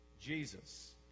Jesus